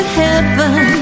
heaven